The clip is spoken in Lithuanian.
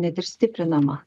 net ir stiprinama